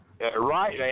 right